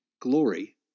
glory